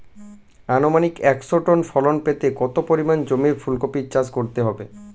আনুমানিক একশো টন ফলন পেতে কত পরিমাণ জমিতে ফুলকপির চাষ করতে হবে?